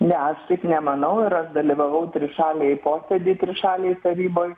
ne aš taip nemanau ir aš dalyvavau trišalėj posėdy trišalėj taryboj